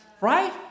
right